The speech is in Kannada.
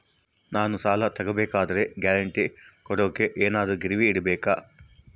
ನಾನು ಸಾಲ ತಗೋಬೇಕಾದರೆ ಗ್ಯಾರಂಟಿ ಕೊಡೋಕೆ ಏನಾದ್ರೂ ಗಿರಿವಿ ಇಡಬೇಕಾ?